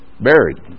Buried